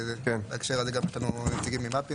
בהערה הכללית בהקשר הזה נמצאים כאן נציגים ממפ"י